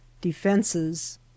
defenses